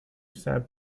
saint